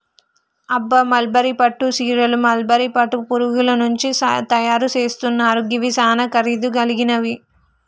అబ్బ మల్బరీ పట్టు సీరలు మల్బరీ పట్టు పురుగుల నుంచి తయరు సేస్తున్నారు గివి సానా ఖరీదు గలిగినవి